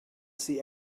see